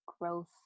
growth